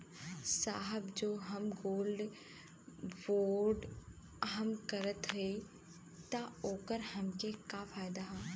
साहब जो हम गोल्ड बोंड हम करत हई त ओकर हमके का फायदा ह?